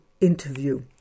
Interview